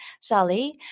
Sally